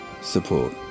support